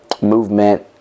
movement